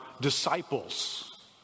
disciples